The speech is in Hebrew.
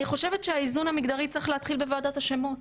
אני חושבת שהאיזון המגדרי צריך להתחיל בוועדת השמות.